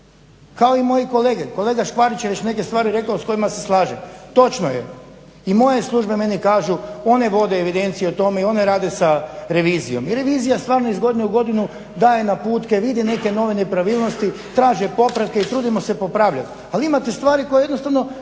kao i moji kolege. Kolega Škvarić je već neke stvari rekao s kojima se slažem, točno je i moje službe meni kažu one vode evidenciju o tome i one rade sa revizijom. I revizija stvarno iz godine u godinu daje naputke, vidi neke nove nepravilnosti, traže popravke i trudimo se popravljati ali imate stvari koje jednostavno